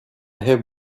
have